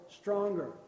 stronger